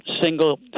single